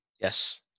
yes